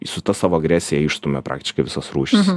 su ta savo agresija išstumia praktiškai visas rūšis